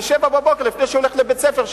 ב-07:00 לפני שהוא הולך לבית-ספר,